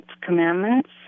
commandments